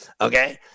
Okay